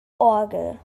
orgel